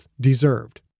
deserved